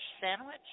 sandwich